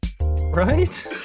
right